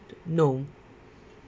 no